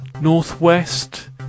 northwest